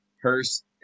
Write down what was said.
Hurst